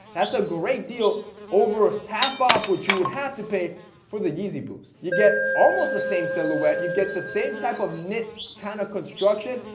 that's a great deal over half off which you would have to pay for the yeezy boost. you get almost the same silhouette, you get the same type of knit kind of construction,